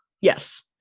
Yes